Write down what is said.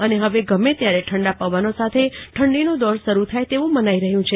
અને હવે ગમે ત્યારે ઠંડા પવનો સાથે ઠંડીનો દોર શરુ થાય તેવું મનાઈ રહ્યું છે